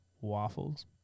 Waffles